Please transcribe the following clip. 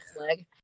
leg